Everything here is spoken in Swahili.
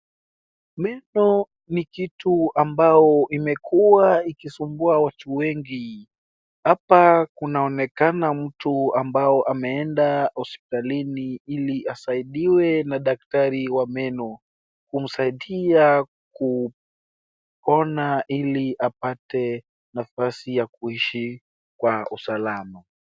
Meno ni kitu ambao imekuwa ikisumbua watu wengi, hapa kunaonekana mtu ambao ameenda hospitalini ili asaidiwe na daktari wa meno, kumsaidia kupona ili apate nafasi ya kuishi kwa usalama.